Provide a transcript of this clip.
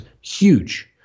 huge